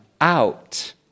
out